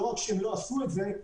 לא רק שהם לא עשו את זה,